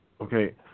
okay